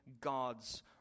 God's